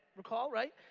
recall, right?